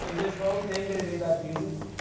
this whole thing gonna be about jesus?